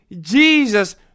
Jesus